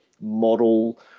model